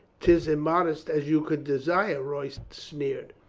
tis immodest as you could desire, royston sneered.